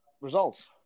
results